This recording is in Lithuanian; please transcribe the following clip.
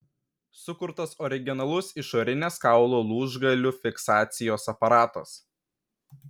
sukurtas originalus išorinės kaulų lūžgalių fiksacijos aparatas